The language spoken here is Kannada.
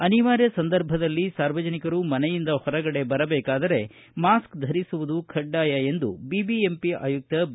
ಅನಿವಾರ್ಯ ಸಂದರ್ಭದಲ್ಲಿ ಸಾರ್ವಜನಿಕರು ಮನೆಯಿಂದ ಹೊರಗಡೆ ಬರಬೇಕಾದರೆ ಮಾಸ್ಕ್ ಧರಿಸುವುದು ಕಡ್ಡಾಯ ಎಂದು ಬಿಬಿಎಂಪಿ ಆಯುಕ್ತ ಬಿ